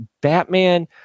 Batman